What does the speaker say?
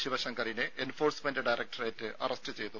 ശിവങ്കറിനെ enforcement directorate arrest ചെയ്തു